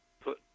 put